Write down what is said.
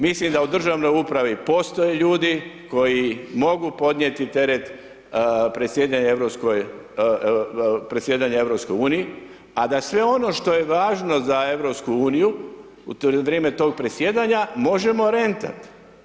Mislim da u državnoj upravi postoje ljudi koji mogu podnijeti teret predsjedanja EU a da sve ono što je važno za EU u vrijeme tog predsjedanja možemo rentati.